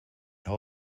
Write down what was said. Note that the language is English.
all